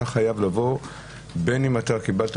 אתה חייב לבוא בין אם קיבלת,